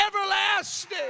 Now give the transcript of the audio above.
everlasting